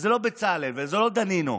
זה לא בצלאל וזה לא דנינו,